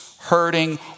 hurting